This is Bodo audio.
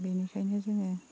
बिनिखायनो जोङो